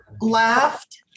laughed